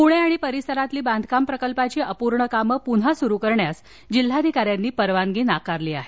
पुणे आणि परिसरातील बांधकाम प्रकल्पाची अपूर्ण कामं पुन्हा सुरू करण्यास जिल्हाधिकाऱ्यांनी परवानगी नाकारली आहे